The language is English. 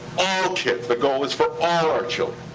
all kids. the goal is for all our children.